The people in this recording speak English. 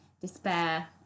despair